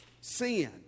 sin